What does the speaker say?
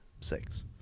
six